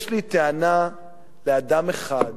יש לי טענה לאדם אחד,